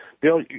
Bill